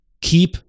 Keep